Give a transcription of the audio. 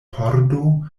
pordo